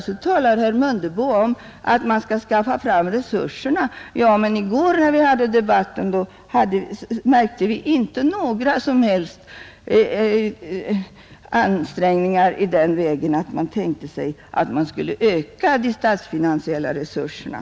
Så talade herr Mundebo om att man skall skaffa fram resurserna, I den ekonomiska debatten i går märkte vi inte några som helst ansträngningar från den meningsriktning herr Mundebo företräder att öka de statsfinan siella resurserna.